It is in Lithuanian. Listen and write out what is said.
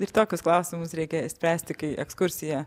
ir tokius klausimus reikia spręsti kai ekskursija